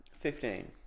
Fifteen